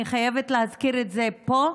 ואני חייבת להזכיר את זה פה,